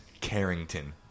Carrington